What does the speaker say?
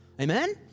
Amen